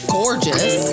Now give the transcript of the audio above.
gorgeous